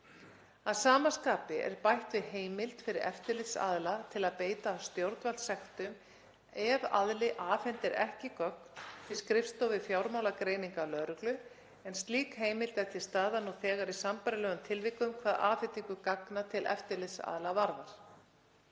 Að sama skapi er bætt við heimild fyrir eftirlitsaðila til að beita stjórnvaldssektum ef aðili afhendir ekki gögn til skrifstofu fjármálagreininga lögreglu en slík heimild er til staðar nú þegar í sambærilegum tilvikum hvað afhendingu gagna til eftirlitsaðila varðar.